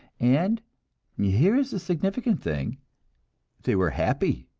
and here is the significant thing they were happy.